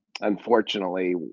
unfortunately